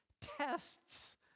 tests